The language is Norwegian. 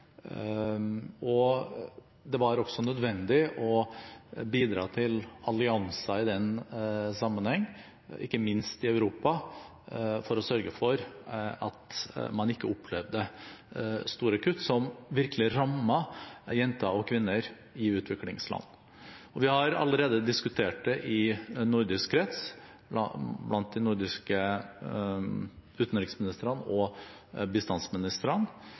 Det var også nødvendig å bidra til allianser i den sammenheng, ikke minst i Europa, for å sørge for at man ikke opplevde store kutt som virkelig rammet jenter og kvinner i utviklingsland. Vi har allerede diskutert det i nordisk krets, blant de nordiske utenriksministrene og